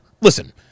Listen